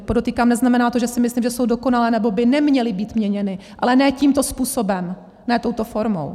Podotýkám, neznamená to, že si myslím, že jsou dokonalé, nebo by neměly být měněny, ale ne tímto způsobem, ne touto formou.